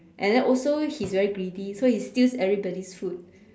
and then also he is very greedy so he steals everybody food